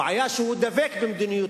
הבעיה היא שהוא דבק במדיניותו,